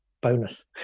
Bonus